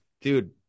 dude